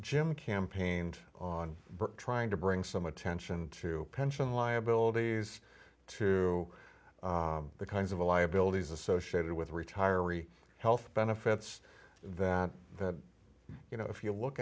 jim campaigned on trying to bring some attention to pension liabilities to the kinds of the liabilities associated with retiree health benefits that that you know if you look